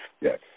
Yes